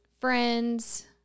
friends